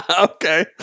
Okay